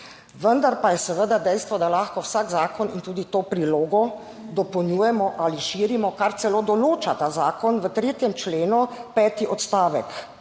vendar pa je seveda dejstvo, da lahko vsak zakon in tudi to prilogo, dopolnjujemo ali širimo, kar celo določa ta zakon v 3. členu peti odstavek,